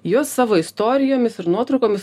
juos savo istorijomis ir nuotraukomis